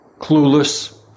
clueless